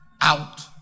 out